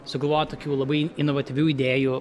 sugalvoja tokių labai inovatyvių idėjų